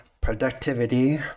productivity